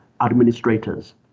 administrators